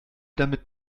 damit